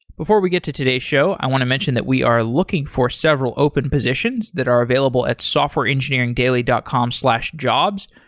before we get to today's show, i want to mention that we are looking for several open positions that are available at softwareengineeringdaily dot com slash jobs.